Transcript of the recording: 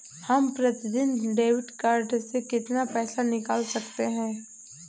हम प्रतिदिन debit card से कितना पैसा निकाल सकते हैं?